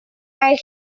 and